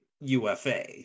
UFA